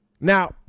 Now